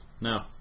no